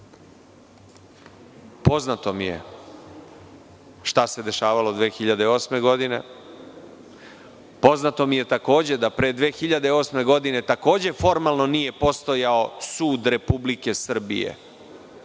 poznato mi je šta se dešavalo 2008. godine. Poznato mi je da pre 2008. godine, takođe, formalno nije postojao sud Republike Srbije,